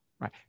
Right